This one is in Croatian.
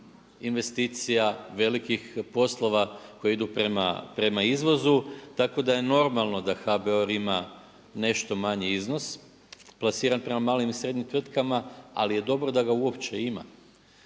investicija, velikih poslova koji idu prema izvozu. Tako da je normalno da HBOR ima nešto manji iznos plasiran prema malim i srednjim tvrtkama ali je dobro da ga uopće ima